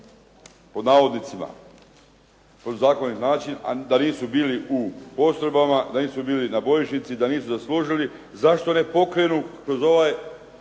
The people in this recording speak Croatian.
…/Govornik se ne razumije./… način a da nisu bili u postrojbama, da nisu bili na bojišnici, da nisu zaslužili, zašto ne pokrenu kroz ovaj